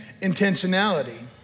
intentionality